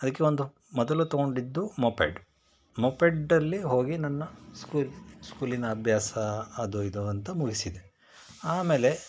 ಅದಕ್ಕೆ ಒಂದು ಮೊದಲು ತಗೊಂಡಿದ್ದು ಮೊಪೆಡ್ ಮೊಪೆಡ್ಡಲ್ಲಿ ಹೋಗಿ ನನ್ನ ಸ್ಕೂ ಸ್ಕೂಲಿನ ಅಭ್ಯಾಸ ಅದೋ ಇದೋ ಅಂತ ಮುಗಿಸಿದೆ ಆಮೇಲೆ